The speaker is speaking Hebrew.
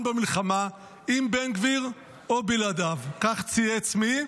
במלחמה עם בן גביר או בלעדיו" כך צייץ מי?